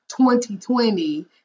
2020